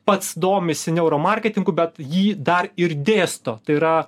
pats domisi neuro marketingu bet jį dar ir dėsto tai yra